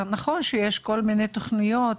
נכון שיש כל מיני תוכניות,